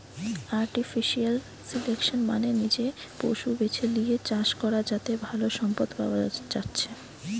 artificial selection মানে নিজে পশু বেছে লিয়ে চাষ করা যাতে ভালো সম্পদ পায়া যাচ্ছে